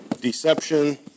Deception